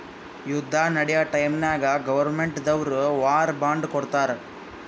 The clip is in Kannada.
ಯುದ್ದ ನಡ್ಯಾ ಟೈಮ್ನಾಗ್ ಗೌರ್ಮೆಂಟ್ ದವ್ರು ವಾರ್ ಬಾಂಡ್ ಕೊಡ್ತಾರ್